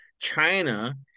China